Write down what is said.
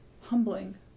humbling